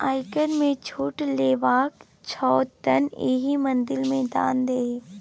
आयकर मे छूट लेबाक छौ तँ एहि मंदिर मे दान दही